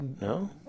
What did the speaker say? No